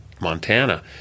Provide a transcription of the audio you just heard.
Montana